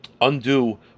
undo